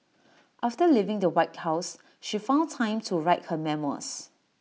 after leaving the white house she found time to write her memoirs